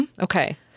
Okay